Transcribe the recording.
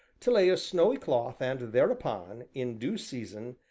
to lay a snowy cloth and thereupon in due season,